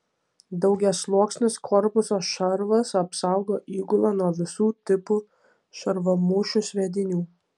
daugiasluoksnis korpuso šarvas apsaugo įgulą nuo visų tipų šarvamušių sviedinių